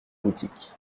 boutique